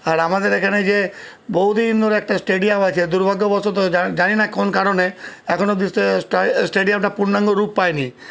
আর আমাদের এখানে যে বহুদিন ধরে একটা স্টেডিয়াম আছে দুর্ভাগ্যবশত জানি না কোন কারণে এখনো অবধি স্টেডিয়ামটা পূর্ণাঙ্গ রূপ পায়নি